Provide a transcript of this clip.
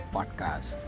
Podcast